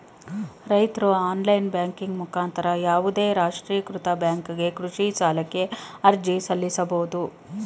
ರೈತ್ರು online banking ಮುಖಾಂತರ ಯಾವುದೇ ರಾಷ್ಟ್ರೀಕೃತ ಬ್ಯಾಂಕಿಗೆ ಕೃಷಿ ಸಾಲಕ್ಕೆ ಅರ್ಜಿ ಸಲ್ಲಿಸಬೋದು